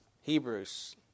Hebrews